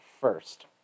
first